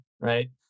right